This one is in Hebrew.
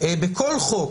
חשוב לי לומר,